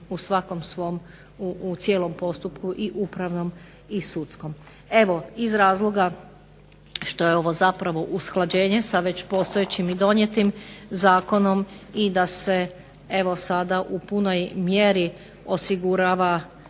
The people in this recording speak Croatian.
u svakom svom, u cijelom postupku i upravnom i sudskom. Evo iz razloga što je ovo zapravo usklađenje sa već postojećim i donijetim zakonom i da se evo sada u punoj mjeri osigurava,